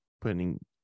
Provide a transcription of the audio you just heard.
putting